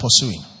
pursuing